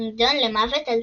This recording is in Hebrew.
שנידון למוות על